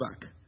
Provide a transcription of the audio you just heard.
back